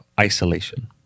isolation